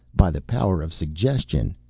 by the power of suggestion,